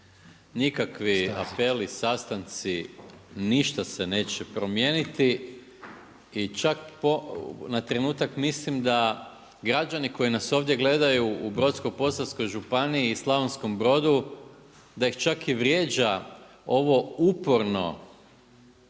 nikakvi apeli, sastanci, ništa se neće promijeniti i čak na trenutak mislim da građani koji nas ovdje gledaju u Brodsko-posavskoj županiji i Slavonskom Brodu, da ih čak i vrijeđa ovo uporno